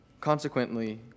Consequently